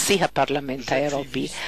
נשיא הפרלמנט האירופי.